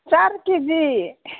चार केजी